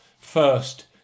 first